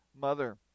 mother